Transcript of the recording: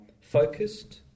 focused